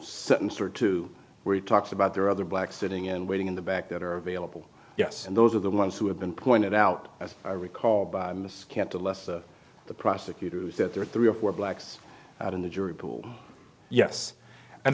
sentence or two where he talks about there are other blacks sitting in waiting in the back that are available yes and those are the ones who have been pointed out as i recall this can't unless the the prosecutors that there are three or four blacks in the jury pool yes and